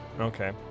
Okay